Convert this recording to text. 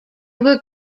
were